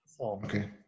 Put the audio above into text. Okay